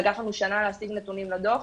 לקח לנו שנה להשיג נתונים לדוח.